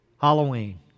Halloween